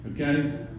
Okay